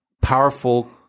powerful